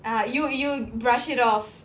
ah you you brush it off